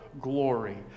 glory